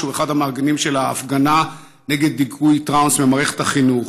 שהוא אחד המארגנים של ההפגנה נגד דיכוי טרנס במערכת החינוך: